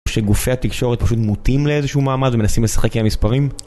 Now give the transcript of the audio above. שגופי התקשורת פשוט מוטים לאיזשהו מעמד ומנסים לשחק עם המספרים.